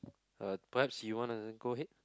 uh perhaps you wanna go ahead